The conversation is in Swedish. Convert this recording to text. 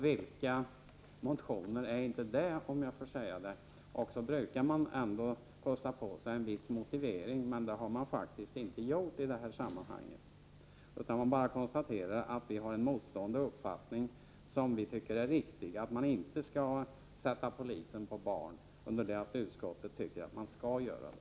Vilken motion är inte det, om jag får säga så? Ändå brukar man kosta på sig en viss motivering, men det har man faktiskt inte gjort i det här sammanhanget utan konstaterar bara att vi har en motstående uppfattning. Vi tycker det är riktigt att man inte skall sätta polisen på barn, under det att utskottet tycker att man skall göra det.